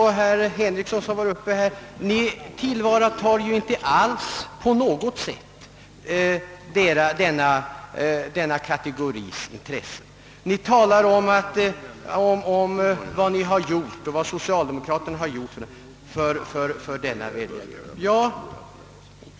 Herr Henrikson, som nyss var uppe, och ni andra representanter för Broderskapsrörelsen tillvaratar ju inte alls denna kategoris intressen. Ni talar om vad ni har gjort och vad socialdemokraterna har gjort för denna väljargrupp.